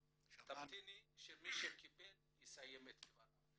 תמתיני שמי שקיבל את רשות הדיבור יסיים את דבריו.